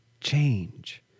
change